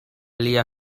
lia